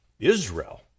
Israel